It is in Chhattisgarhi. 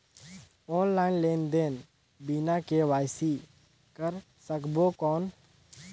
ऑनलाइन लेनदेन बिना के.वाई.सी कर सकबो कौन??